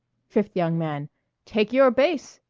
fifth young man take your base!